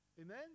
amen